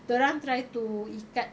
dia orang try to ikat